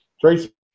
Tracy